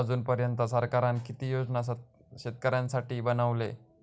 अजून पर्यंत सरकारान किती योजना शेतकऱ्यांसाठी बनवले?